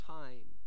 time